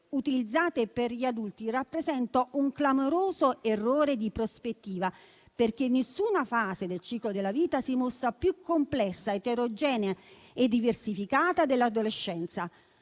utilizzate per gli adulti, rappresenta un clamoroso errore di prospettiva, perché nessuna fase del ciclo della vita si mostra più complessa, eterogenea e diversificata dell'adolescenza.